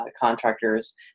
contractors